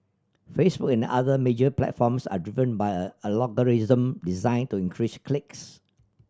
Facebook and other major platforms are driven by a algorithm designed to increase clicks